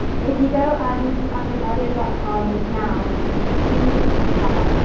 if you go um on theguardian dot com now to see this header,